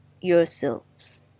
yourselves